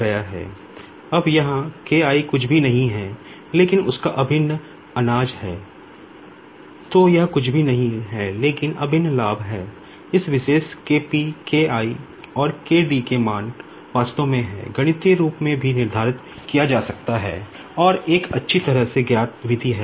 derivative control ला अब यहाँ यह K I कुछ भी नहीं है लेकिन आपका अभिन्न अनाज कहा जाता है